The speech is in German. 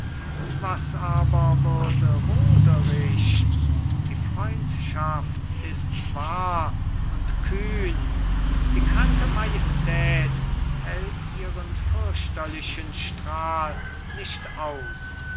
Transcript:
was aber würde roderich die freundschaft ist wahr und kühn die kranke majestät hält ihren fürchterlichen strahl nicht aus